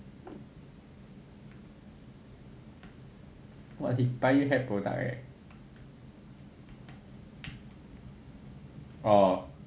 !wah! he buy you hair product leh